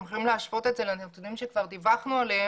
אתם יכולים להשוות את זה לנתונים שכבר דיווחנו עליהם